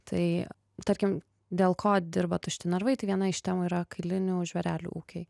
tai tarkim dėl ko dirba tušti narvai tai viena iš temų yra kailinių žvėrelių ūkiai